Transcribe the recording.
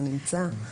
זה נמצא.